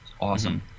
awesome